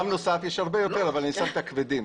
יש הרבה יותר אבל אני מדבר על הכבדים.